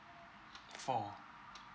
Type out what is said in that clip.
four